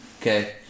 Okay